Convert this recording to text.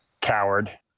Coward